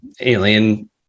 alien